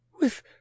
With